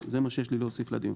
זה מה שיש לי להוסיף לדיון.